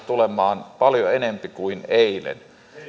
tulemaan paljon enempi kuin eilen